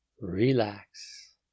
relax